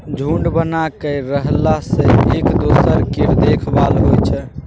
झूंड बना कय रहला सँ एक दोसर केर देखभाल होइ छै